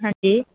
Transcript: ਹਾਂਜੀ